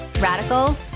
radical